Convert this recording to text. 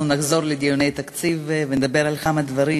נחזור לדיוני התקציב ונדבר על כמה דברים